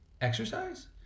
exercise